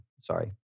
sorry